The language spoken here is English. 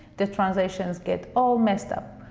the translations get all messed up,